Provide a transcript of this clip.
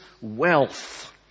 wealth